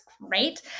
great